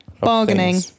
Bargaining